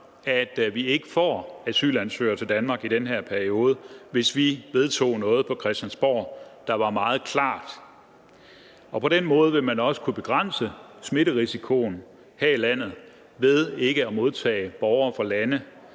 at vi ikke får asylansøgere til Danmark i den her periode, hvis vi vedtager noget på Christiansborg, der er meget klart. På den måde vil man også kunne begrænse smitterisikoen her i landet ved ikke at modtage borgere fra lande,